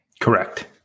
Correct